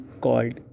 called